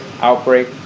outbreak